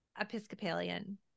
Episcopalian